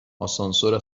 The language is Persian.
آسانسور